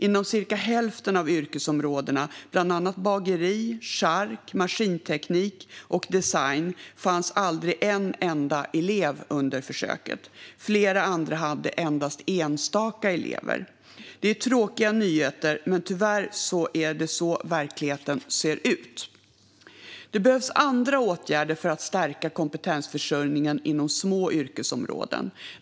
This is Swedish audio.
Inom cirka hälften av yrkesområdena - bland annat bageri, chark, maskinteknik och design - fanns aldrig en enda elev under försöket. Flera andra hade endast enstaka elever. Det är tråkiga nyheter, men det är tyvärr så verkligheten ser ut. Det behövs andra åtgärder för att stärka kompetensförsörjningen inom små yrkesområden.